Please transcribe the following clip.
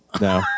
no